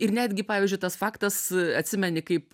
ir netgi pavyzdžiui tas faktas atsimeni kaip